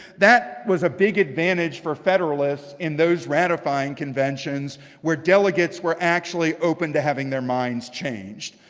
that was a big advantage for federalists in those ratifying conventions where delegates were actually open to having their minds changed,